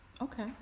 Okay